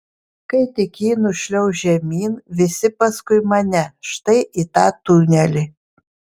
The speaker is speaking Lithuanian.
kai tik ji nušliauš žemyn visi paskui mane štai į tą tunelį